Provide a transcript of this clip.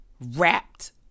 Wrapped